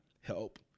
help